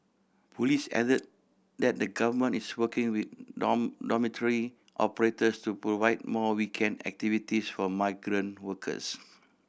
police added that the Government is working with dormitory operators to provide more weekend activities for migrant workers